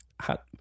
Hot